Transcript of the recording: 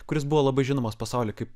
kuris buvo labai žinomas pasaulyje kaip